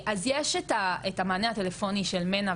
אז יש את המענה הטלפוני של מנ"ע,